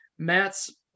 Matt's